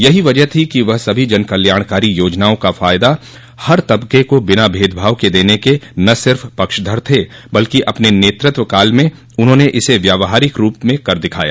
यही वजह थी कि वह सभी जनकल्याणकारी योजनाओं का फायदा हर तबके को बिना भेदभाव के देने के न सिर्फ पक्षधर थे बल्कि अपने नेतृत्वकाल में उन्होंने इसे व्यवहारिक रूप में करके दिखाया